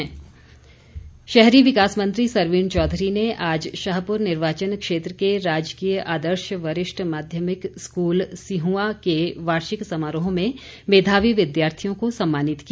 सरवीण चौधरी शहरी विकास मंत्री सरवीण चौधरी ने आज शाहपुर निर्वाचन क्षेत्र के राजकीय आदर्श वरिष्ठ माध्यमिक स्कूल सिहुंआ के वार्षिक समारोह में मेधावी विद्यार्थियों को सम्मानित किया